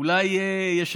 אולי יהיה מזל.